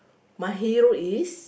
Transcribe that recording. my hero is